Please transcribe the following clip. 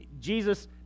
Jesus